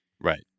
right